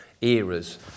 eras